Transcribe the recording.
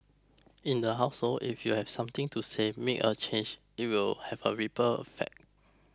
in the household if you've something to say make a change it will have a ripple effect